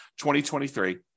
2023